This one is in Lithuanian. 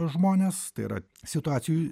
žmones tai yra situacijų